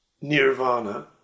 nirvana